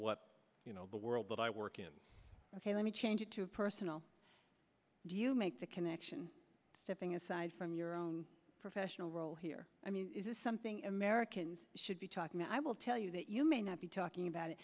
what you know the world that i work in ok let me change it to personal do you make the connection stepping aside from your own professional role here i mean is this something americans should be talking i will tell you that you may not be talking about it